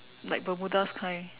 like bermudas kind